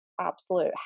absolute